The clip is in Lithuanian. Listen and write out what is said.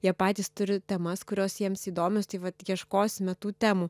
jie patys turi temas kurios jiems įdomios tai vat ieškosime tų temų